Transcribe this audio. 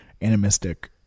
animistic